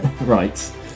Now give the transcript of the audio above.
right